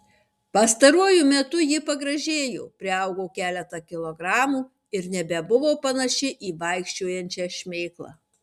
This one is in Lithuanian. pastaruoju metu ji pagražėjo priaugo keletą kilogramų ir nebebuvo panaši į vaikščiojančią šmėklą